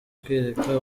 kwereka